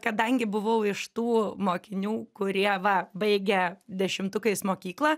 kadangi buvau iš tų mokinių kurie va baigė dešimtukais mokyklą